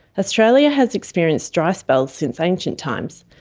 australia has experienced dry spells since ancient times,